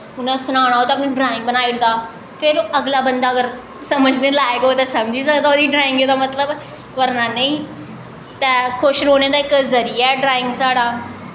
उ'नें सनाना होऐ ते अपनी ड्राईंग बनाई ओड़दा फिर अगला बंदा अगर समझने लाइक होऐ तां समझी सकदा ओह्दी ड्राईंग दा मतलब बरना नेईं ते खुश रौंह्ने दा इक जरिया ऐ ड्राईंग साढ़ा